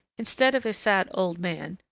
instead of a sad old man,